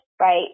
right